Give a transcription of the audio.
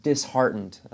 Disheartened